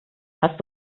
hast